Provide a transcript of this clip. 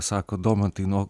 sako domantai nu o